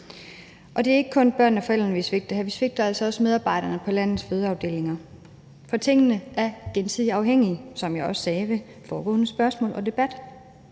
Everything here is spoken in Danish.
men det er ikke kun børnene og forældrene, vi svigter her. Vi svigter altså også medarbejderne på landets fødeafdelinger, for tingene er afhængige af hinanden, som jeg også sagde under debatten om det